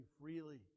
freely